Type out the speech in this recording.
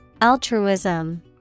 Altruism